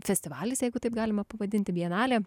festivalis jeigu taip galima pavadinti vienalė